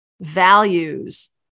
values